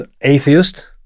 atheist